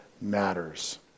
matters